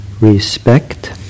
respect